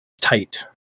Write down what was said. tight